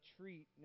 treat